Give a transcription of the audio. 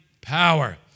power